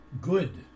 good